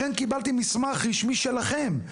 לכן קיבלתי מסמך רשמי שלכם,